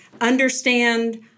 understand